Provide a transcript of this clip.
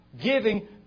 giving